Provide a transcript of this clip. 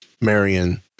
Marion